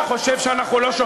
אתה חושב שאנחנו לא,